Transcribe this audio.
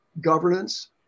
governance